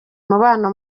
umubano